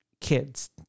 kids